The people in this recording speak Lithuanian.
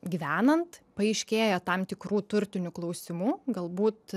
gyvenant paaiškėja tam tikrų turtinių klausimų galbūt